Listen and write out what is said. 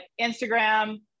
Instagram